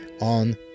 on